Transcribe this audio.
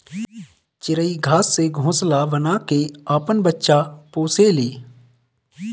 चिरई घास से घोंसला बना के आपन बच्चा पोसे ले